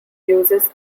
uses